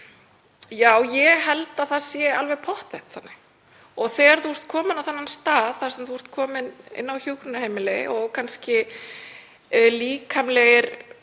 Já, ég held að það sé alveg pottþétt þannig. Og þegar þú ert kominn á þann stað að þú ert kominn inn á hjúkrunarheimili og kannski geta verið